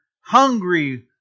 hungry